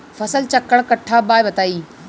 फसल चक्रण कट्ठा बा बताई?